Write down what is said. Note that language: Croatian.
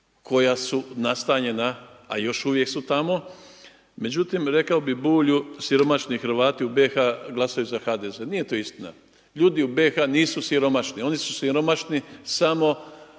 koja su nastanjena a još uvijek su tamo, međutim, rekao bi Bulju, siromašni Hrvati u BIH glasaju za HDZ. Nije to istina, ljudi u BIH nisu siromašni, oni su siromašni, samo pomoći